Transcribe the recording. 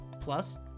Plus